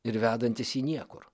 ir vedantis į niekur